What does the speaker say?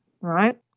Right